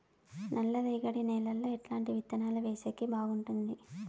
నల్లరేగడి నేలలో ఎట్లాంటి విత్తనాలు వేసేకి బాగుంటుంది?